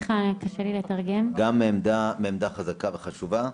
מעמדה חזקה וחשובה.